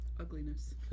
ugliness